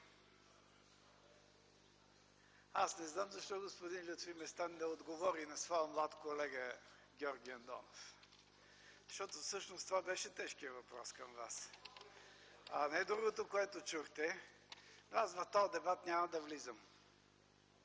Аз не знам защо господин Лютви Местан не отговори на своя млад колега Георги Андонов. Всъщност това беше тежкият въпрос към Вас, а не другото, което чухте. Аз в този дебат няма да влизам.